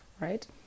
right